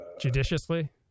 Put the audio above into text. Judiciously